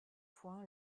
point